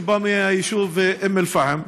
אני בא מהיישוב אום אל-פחם,